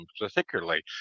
particularly